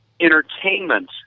entertainment